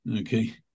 Okay